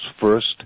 first